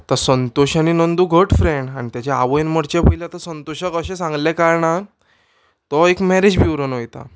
तो संतोश आनी नंदू घट फ्रेंड आनी तेज्या आवयन मरचें पयलें आतां संतोशाक अशें सांगलें कारणान तो एक मॅरेज ब्युरोन वयता